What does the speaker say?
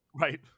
Right